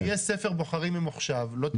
כשיהיה ספר בוחרים ממוחשב לא תהיה בעיה.